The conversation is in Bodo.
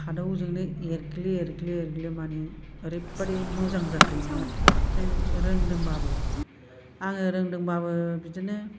खादौजोंनो एरग्लि एरग्लि एरग्लि मानि ओरैबायदि मोजां जाखायोमोन आरोखि जों रोंदोंबाबो आङो रोंदोंबाबो बिदिनो